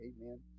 Amen